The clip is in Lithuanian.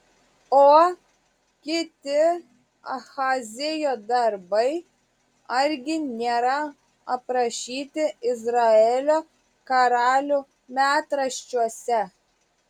o kiti ahazijo darbai argi nėra aprašyti izraelio karalių metraščiuose